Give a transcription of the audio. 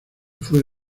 fue